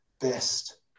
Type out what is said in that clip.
best